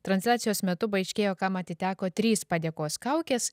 transliacijos metu paaiškėjo kam atiteko trys padėkos kaukės